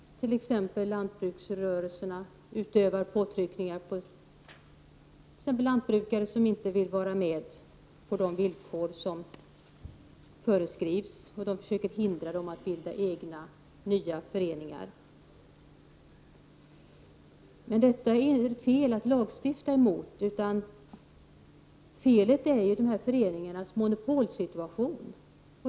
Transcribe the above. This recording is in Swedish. Lantbruksrörelsen t.ex. utövar påtryckningar på jordbrukare som inte går med på de villkor som föreskrivs, och man försöker hindra dessa att bilda nya föreningar. Lagstiftning är dock inte den rätta lösningen. Vad som är fel här är ju att föreningarna har en monopolsituation.